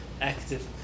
active